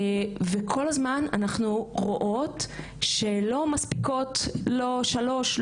וכל הזמן אנחנו רואות שלא מספיקות לא שלוש,